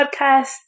podcast